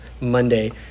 Monday